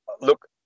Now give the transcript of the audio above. Look